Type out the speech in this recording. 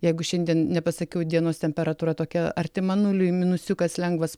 jeigu šiandien nepasakiau dienos temperatūra tokia artima nuliui minusiukas lengvas